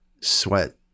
sweat